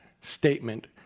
statement